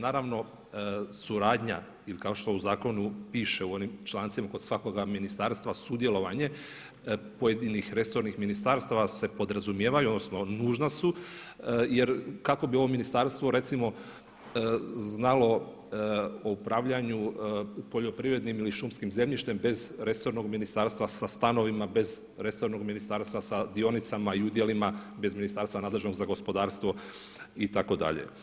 Naravno suradnja ili kao što u zakonu piše u onim člancima kod svakoga ministarstva sudjelovanje pojedinih resornih ministarstva se podrazumijevaju, odnosno nužna su jer kao bi ovo ministarstvo recimo znalo o upravljanju u poljoprivrednim ili šumskim zemljištem bez resornog ministarstva, sa stanovima bez resornog ministarstva, sa dionicima i udjelima bez ministarstva nadležnog za gospodarstvo itd.